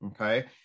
Okay